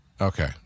Okay